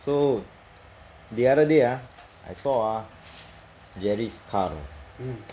so the other day ah I saw ah yaris car you know